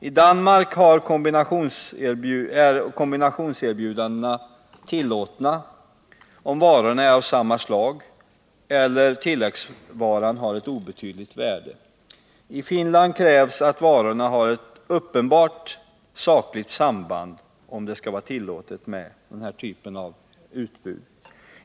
I Danmark är kombinationserbjudanden tillåtna om varorna är av samma slag eller tilläggsvaran har obetydligt värde. I Finland krävs att varorna har ett uppenbart sakligt samband för att den här typen av utbud skall tillåtas.